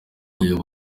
iyo